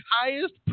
highest